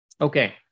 Okay